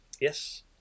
Yes